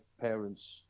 parents